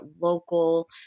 local